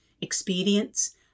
expedience